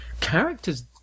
characters